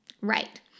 Right